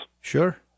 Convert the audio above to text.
Sure